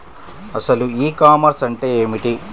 అసలు ఈ కామర్స్ అంటే ఏమిటి?